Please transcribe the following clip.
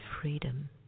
freedom